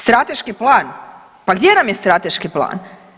Strateški plan, pa gdje nam je strateški plan?